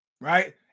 Right